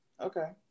Okay